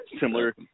similar